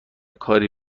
کاری